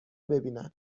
ببینن